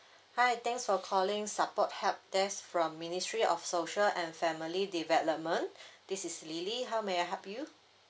hi thanks for calling support help desk from ministry of social and family development this is lily how may I help you